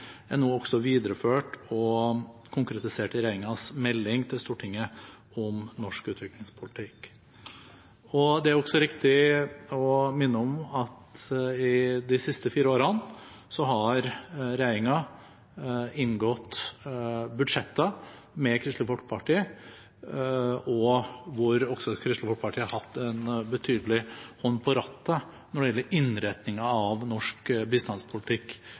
representantforslag nå også er videreført og konkretisert i regjeringens melding til Stortinget om norsk utviklingspolitikk. Det er også riktig å minne om at i de siste fire årene har regjeringen inngått budsjettforlik med Kristelig Folkeparti, hvor Kristelig Folkeparti også i betydelig grad har hatt en hånd på rattet når det gjelder innretningen av norsk bistandspolitikk